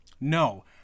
No